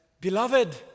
Beloved